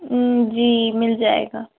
جی مل جائے گا